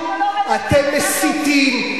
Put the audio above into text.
אתם מסיתים,